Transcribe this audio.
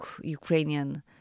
Ukrainian